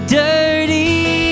dirty